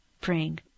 praying